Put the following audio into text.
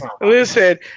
Listen